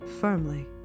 firmly